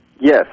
Yes